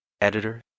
editor